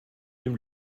dem